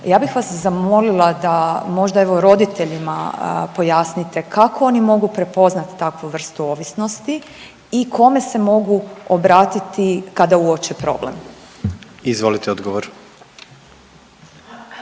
Ja bih vas zamolila da možda evo roditeljima pojasnite kako oni mogu prepoznati takvu vrstu ovisnosti i kome se mogu obratiti kada uoče problem? **Jandroković,